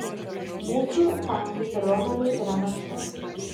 mūsų tankai kariuomenei yra našta